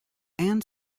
and